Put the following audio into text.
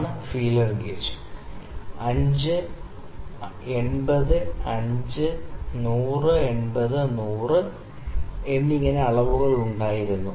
ഇതാണ് feeler gauge 5 80 5 100 80 100 എന്നിങ്ങനെ വിവിധ അളവുകൾ ഉണ്ടായിരുന്നു